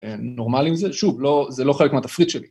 נורמל עם זה. שוב, זה לא חלק מהתפריט שלי.